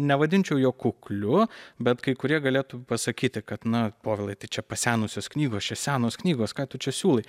nevadinčiau jo kukliu bet kai kurie galėtų pasakyti kad na povilai tai čia pasenusios knygos čia senos knygos ką tu čia siūlai